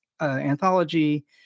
anthology